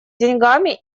деньгами